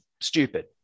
stupid